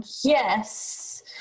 Yes